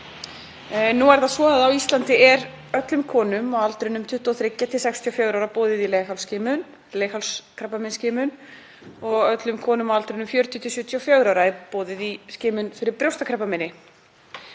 Nú er það svo að á Íslandi er öllum konum á aldrinum 23–64 ára boðið í leghálsskimun, leghálskrabbameinsskimun, og öllum konum á aldrinum 40–74 ára er boðið í skimun fyrir brjóstakrabbameini.